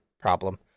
problem